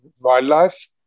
wildlife